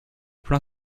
plein